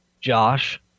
Josh